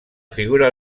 figura